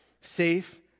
safe